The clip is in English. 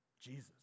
Jesus